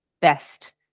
best